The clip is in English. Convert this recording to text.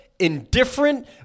indifferent